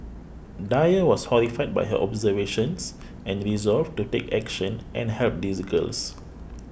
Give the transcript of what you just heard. Dyer was horrified by her observations and resolved to take action and help these girls